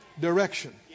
direction